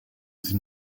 sie